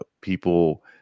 people